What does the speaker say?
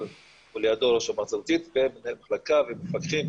ולידו ראש המועצה הדתית ומנהל מחלקה ומפקחים